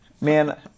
Man